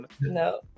no